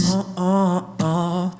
Oh-oh-oh